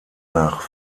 nach